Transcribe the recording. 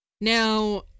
now